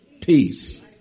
peace